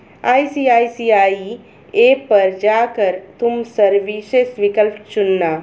ICICI app पर जा कर तुम सर्विसेस विकल्प चुनना